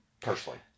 Personally